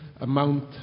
amount